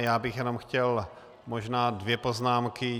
Já bych jenom chtěl možná dvě poznámky.